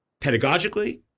pedagogically